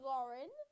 Lauren